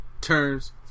Turns